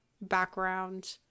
background